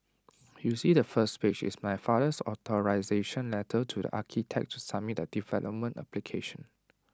you see the first page is my father's authorisation letter to the architect to submit the development application